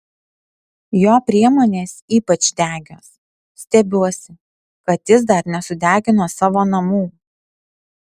jo priemonės ypač degios stebiuosi kad jis dar nesudegino savo namų